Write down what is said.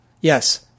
Yes